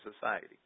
society